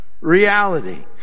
reality